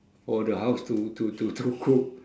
for the house to to to to cook